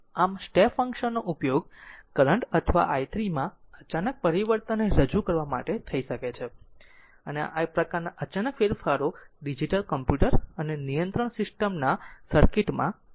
આમ step function નો ઉપયોગ કરંટ અથવા i 3 માં અચાનક પરિવર્તનને રજૂ કરવા માટે થઈ શકે છે અને આ પ્રકારના અચાનક ફેરફારો ડિજિટલ કમ્પ્યુટર અને નિયંત્રણ સિસ્ટમ્સના સર્કિટ માં થાય છે